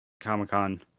Comic-Con